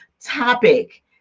topic